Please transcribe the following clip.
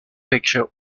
picture